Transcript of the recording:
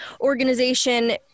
organization